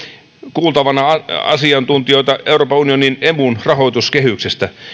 kuultavana asiantuntijoita euroopan unionin emun rahoituskehyksestä